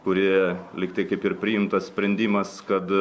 kurioje lygtai kaip ir priimtas sprendimas kad